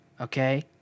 okay